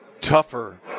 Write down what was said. tougher